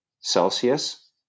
Celsius